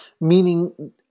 meaning